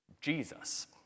Jesus